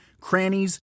crannies